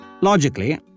Logically